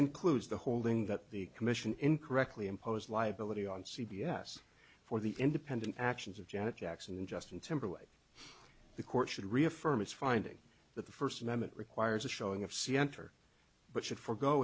includes the holding that the commission incorrectly imposed liability on c b s for the independent actions of janet jackson and justin timberlake the court should reaffirm its finding that the first amendment requires a showing of c enter but should forego